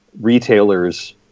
retailers